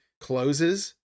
closes